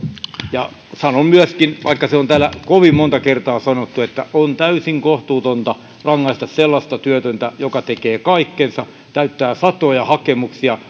sanon myöskin vaikka se on täällä kovin monta kertaa sanottu että on täysin kohtuutonta rangaista sellaista työtöntä joka tekee kaikkensa täyttää satoja hakemuksia